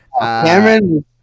Cameron